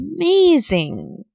amazing